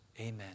Amen